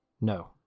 no